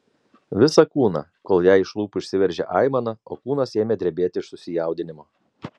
visą kūną kol jai iš lūpų išsiveržė aimana o kūnas ėmė drebėti iš susijaudinimo